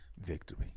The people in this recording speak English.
victory